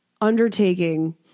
undertaking